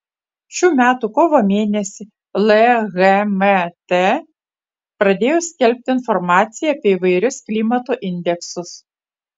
šių metų kovo mėnesį lhmt pradėjo skelbti informaciją apie įvairius klimato indeksus